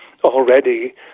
already